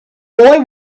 boy